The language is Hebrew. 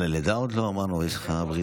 על הלידה עוד לא אמרנו, יש לך בריתה.